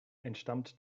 entstammt